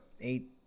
eight